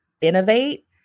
innovate